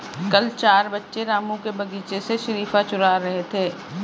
कल चार बच्चे रामू के बगीचे से शरीफा चूरा रहे थे